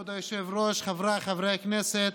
כבוד היושב-ראש, חבריי חברי הכנסת,